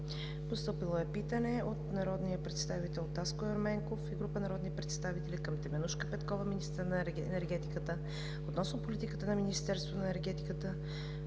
Постъпило е питане от народния представител Таско Ерменков и група народни представители към Теменужка Петкова – министър на енергетиката, относно политиката на Министерството на енергетиката